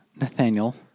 Nathaniel